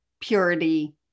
purity